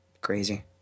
Crazy